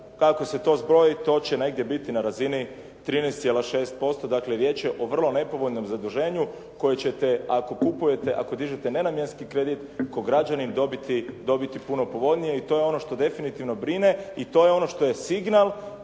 ako se to zbroji to će negdje biti na razini 13,6%. Dakle, riječ je o vrlo nepovoljnom zaduženju koje ćete ako kupujete, ako dižete nenamjenski kredit kao građanin dobiti puno povoljnije i to je ono što definitivno brine i to je ono što je signal,